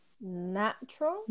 natural